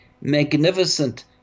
magnificent